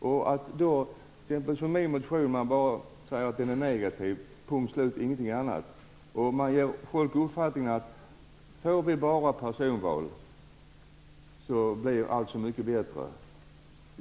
Att bara säga att min motion är negativ, punkt slut och ingenting annat, ger folk uppfattningen att bara vi får personval blir allting så mycket bättre.